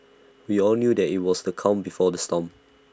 we all knew that IT was the calm before the storm